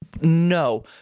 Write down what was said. No